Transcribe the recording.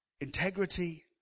integrity